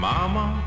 Mama